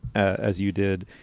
as you did.